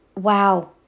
Wow